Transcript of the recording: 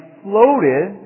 floated